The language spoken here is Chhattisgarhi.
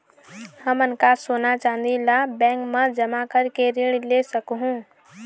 हमन का सोना चांदी ला बैंक मा जमा करके ऋण ले सकहूं?